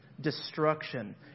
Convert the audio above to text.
destruction